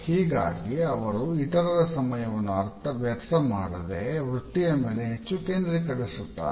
ಹಾಗಾಗಿ ಅವರು ಇತರರ ಸಮಯವನ್ನು ವ್ಯರ್ಥಮಾಡದೆ ವೃತ್ತಿಯ ಮೇಲೆ ಹೆಚ್ಚು ಕೇಂದ್ರೀಕರಿಸುತ್ತಾರೆ